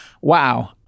wow